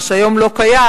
מה שהיום לא קיים,